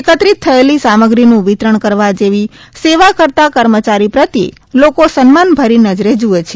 એકત્રિત થયેલી સામગ્રીનું વિતરણ કરવા જેવી સેવા કરતાં કર્મચારી પ્રત્યે લોકો સન્માનભરી નજરે જુવે છે